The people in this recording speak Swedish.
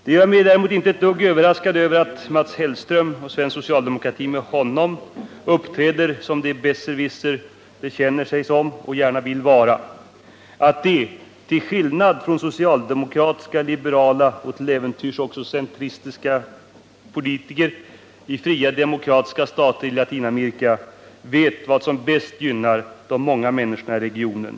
Jag är däremot inte ett dugg överraskad av att Mats Hellström och svensk socialdemokrati med honom uppträder som den besserwisser man känner sig som och gärna vill vara. Det är inte förvånande att de till skillnad från socialdemokratiska, liberala och till äventyrs också centerpartistiska politiker i fria demokratiska stater i Latinamerika vet vad som bäst gynnar de många människorna i regionen.